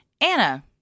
Anna